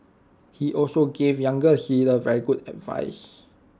he also gave younger leaders very good advice